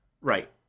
Right